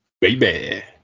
Baby